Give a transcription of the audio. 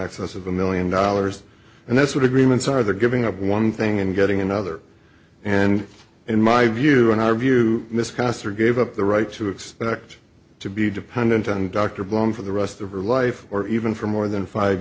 excess of a million dollars and that's what agreements are the giving up one thing and getting another and in my view in our view this concert gave up the right to expect to be dependent on dr braun for the rest of her life or even for more than five